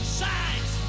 signs